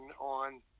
on